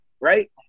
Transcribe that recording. right